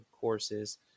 courses